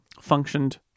functioned